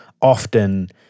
often